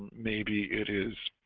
maybe it is